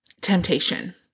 temptation